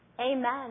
Amen